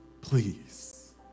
please